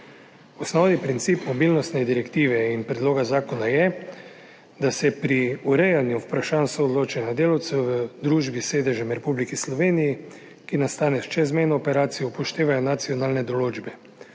Osnovni princip mobilnostne direktive in predloga zakona je, da se pri urejanju vprašanj soodločanja delavcev v družbi s sedežem v Republiki Sloveniji, ki nastane s čezmejno operacijo, upoštevajo nacionalne določbe.